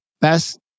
best